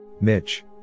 Mitch